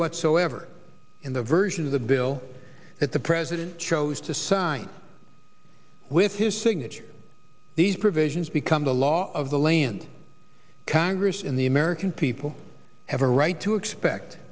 whatsoever in the version of the bill that the president chose to sign with his signature these provisions become the law of the land congress in the american people have a right to expect